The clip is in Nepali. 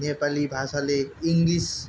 नेपाली भाषाले इङ्ग्लिस